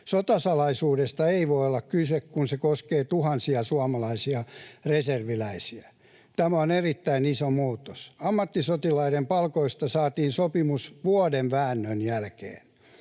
Sotasalaisuudesta ei voi olla kyse, kun se koskee tuhansia suomalaisia reserviläisiä. Tämä on erittäin iso muutos. Ammattisotilaiden palkoista saatiin sopimus vuoden väännön jälkeen.